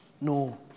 No